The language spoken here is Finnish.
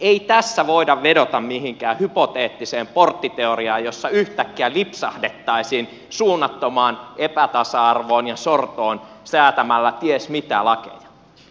ei tässä voida vedota mihinkään hypoteettiseen porttiteoriaan jossa yhtäkkiä lipsahdettaisiin suunnattomaan epätasa arvoon ja sortoon säätämällä ties mitä lakeja